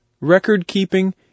record-keeping